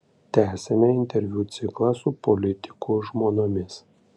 tęsiame interviu ciklą su politikų žmonomis